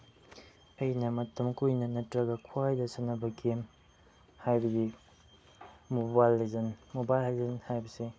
ꯑꯩꯅ ꯃꯇꯝ ꯀꯨꯏꯅ ꯅꯠꯇ꯭ꯔꯒ ꯈ꯭ꯋꯥꯏꯗꯒꯤ ꯁꯥꯟꯅꯕ ꯒꯦꯝ ꯍꯥꯏꯔꯗꯤ ꯃꯣꯕꯥꯏꯜ ꯂꯦꯖꯦꯟ ꯃꯣꯕꯥꯏꯜ ꯂꯦꯖꯦꯟ ꯍꯥꯏꯕꯁꯦ